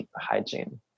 hygiene